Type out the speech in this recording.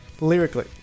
lyrically